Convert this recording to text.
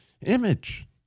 image